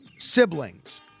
Siblings